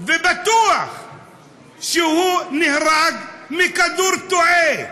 ובטוח שהוא נהרג מכדור תועה,